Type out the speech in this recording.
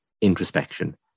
introspection